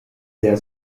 sehr